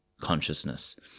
consciousness